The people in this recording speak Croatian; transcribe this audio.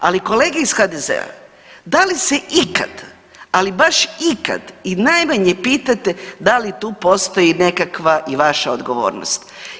Ali, kolege iz HDZ-a, da li se ikada, ali baš ikada i najmanje pitate da li tu postoji nekakva i vaša odgovornost?